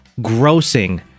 grossing